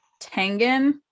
Tangan